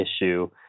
issue